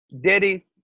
Diddy